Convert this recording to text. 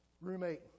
roommate